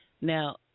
Now